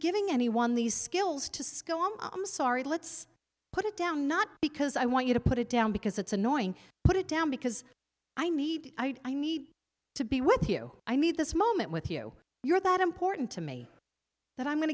giving anyone these skills to school on i'm sorry let's put it down not because i want you to put it down because it's annoying put it down because i need i need to be with you i need this moment with you you're that important to me that i'm going